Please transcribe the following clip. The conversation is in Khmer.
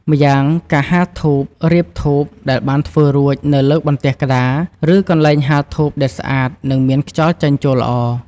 ម្យ៉ាងការហាលធូបរៀបធូបដែលបានធ្វើរួចនៅលើបន្ទះក្តារ ឬកន្លែងហាលធូបដែលស្អាត និងមានខ្យល់ចេញចូលល្អ។